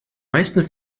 meisten